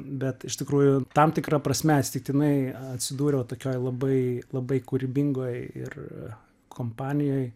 bet iš tikrųjų tam tikra prasme atsitiktinai atsidūriau tokioje labai labai kūrybingoj ir kompanijoj